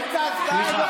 סליחה,